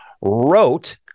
wrote